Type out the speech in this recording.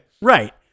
right